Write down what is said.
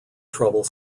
trouble